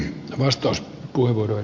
vastaus kuivuuden